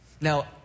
Now